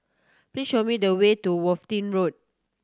please show me the way to Worthing Road